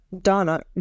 Donna